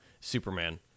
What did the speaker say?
Superman